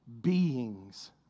beings